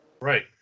right